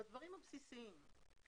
בדברים הבסיסיים.